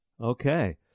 Okay